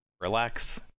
relax